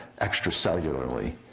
extracellularly